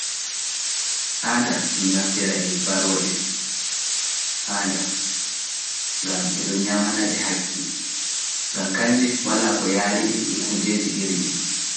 Haanda dun naftira e daneeji gam e dun nyaamanadi hakke. wala ko yali di e kala dii kujeeji.